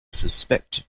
suspected